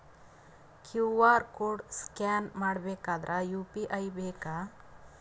QR code scan ಮಾಡಬೇಕಾದರೆ UPI ಬೇಕಾ?